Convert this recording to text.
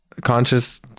conscious